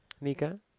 Nika